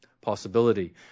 possibility